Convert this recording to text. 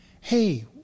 Hey